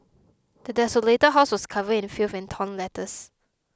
the desolated house was covered in filth and torn letters